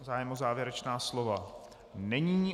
Zájem o závěrečná slova není.